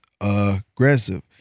aggressive